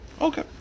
Okay